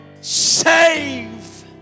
save